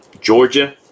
Georgia